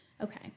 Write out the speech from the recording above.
Okay